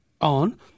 on